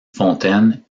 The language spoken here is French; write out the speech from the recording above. fontaine